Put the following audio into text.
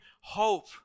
hope